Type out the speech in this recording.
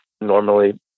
normally